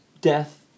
death